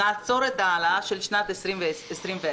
נעצור את ההעלאה של שנת 2020 ו-2021,